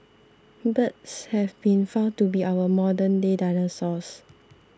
birds have been found to be our modernday dinosaurs